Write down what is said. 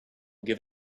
give